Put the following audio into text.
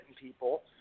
people